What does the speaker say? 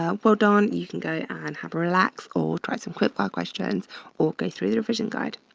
ah well done, you can go and have a relax or try some quickfire questions or go through the revision guide.